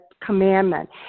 commandment